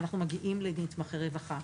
אנחנו מגיעים לנתמכי רווחה.